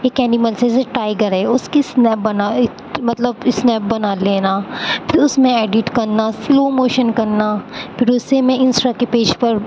ایک اینیملسز جیسے ٹائگر ہے اُس کی اسنیپ بنا مطلب اسنیپ بنا لینا پھر اُس میں ایڈٹ کرنا سلو موشن کرنا پھر اُسے میں انسٹا کے پیج پر